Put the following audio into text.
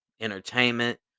entertainment